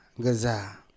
gaza